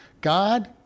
God